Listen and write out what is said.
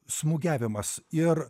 smūgiavimas ir